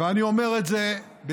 ואני אומר את זה בצער,